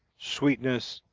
sweetness,